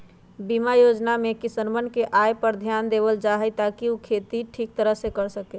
बीमा योजना में किसनवन के आय पर ध्यान देवल जाहई ताकि ऊ खेती ठीक तरह से कर सके